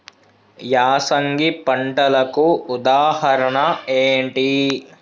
యాసంగి పంటలకు ఉదాహరణ ఏంటి?